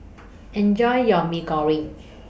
Enjoy your Mee Goreng